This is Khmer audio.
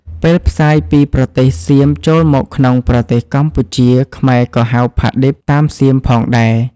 ពេលផ្សាយពីប្រទេសសៀមចូលមកក្នុងប្រទេសកម្ពុជា ខ្មែរក៏ហៅ ផាឌិប តាមសៀមផងដែរ។